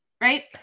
Right